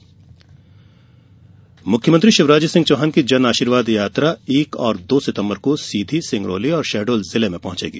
जनआशीर्वाद यात्रा मुख्यमंत्री शिवराज चौहान की जनआशीर्वाद यात्रा एक और दो सितम्बर को सीधी सिंगरौली और शहडोल जिले में पहुंचेगी